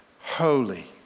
Holy